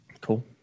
Cool